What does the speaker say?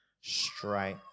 straight